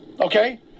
okay